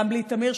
וגם בלי טמיר,